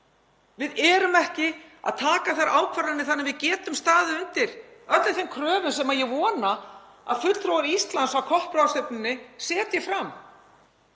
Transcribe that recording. Við erum ekki að taka þær ákvarðanir að við getum staðið undir öllum þeim kröfum sem ég vona að fulltrúar Íslands á COP-ráðstefnunni setji fram.